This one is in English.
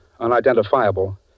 unidentifiable